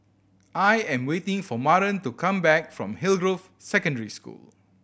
I am waiting for Maren to come back from Hillgrove Secondary School